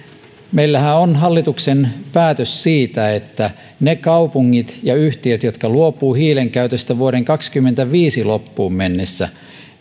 meillähän on hallituksen päätös siitä että niille kaupungeille ja yhtiöille jotka luopuvat hiilen käytöstä vuoden kaksikymmentäviisi loppuun mennessä